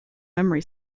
memory